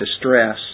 distress